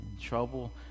trouble